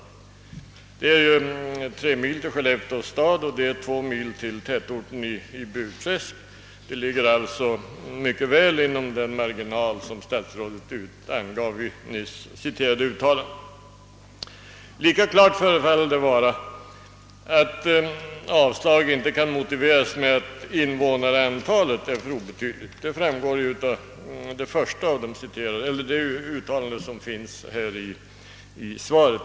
Det är tre mil till Skellefteå stad och två mil till tätorten i Burträsk, vilket håller sig mycket väl inom den marginal som statsrådet angav i sitt nyss citerade yttrande. Lika klart förefaller det att vara att avslag inte kan motiveras med att invånarantalet är för obetydligt; det framgår av statsrådets uttalande i dagens svar.